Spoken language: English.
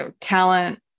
talent